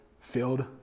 filled